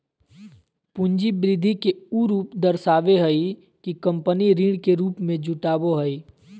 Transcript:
पूंजी वृद्धि के उ रूप दर्शाबो हइ कि कंपनी ऋण के रूप में जुटाबो हइ